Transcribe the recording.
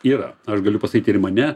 yra aš galiu pasakyt ir į mane